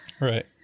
Right